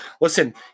listen